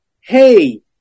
hey